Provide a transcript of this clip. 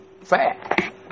Fat